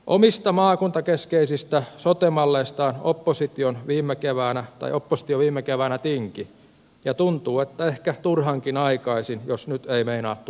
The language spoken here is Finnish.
omista maakuntakeskeisistä sote malleistaan oppositio viime keväänä tinki ja tuntuu että ehkä turhankin aikaisin jos nyt ei meinaa tulla valmista